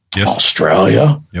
Australia